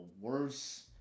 worse